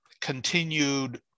continued